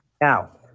now